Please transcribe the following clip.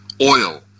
oil